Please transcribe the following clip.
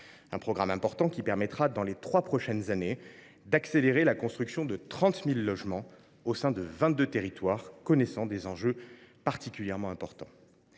ce programme important permettra, dans les trois prochaines années, d’accélérer la construction de 30 000 logements dans vingt deux territoires où les enjeux sont particulièrement importants.